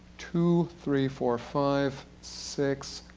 two, three, four, five, six,